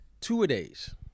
Two-a-days